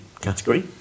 category